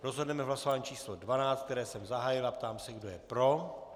Rozhodneme v hlasování číslo 12, které jsem zahájil, a ptám se, kdo je pro.